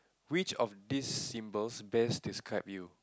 which of these symbols best describe you